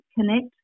connect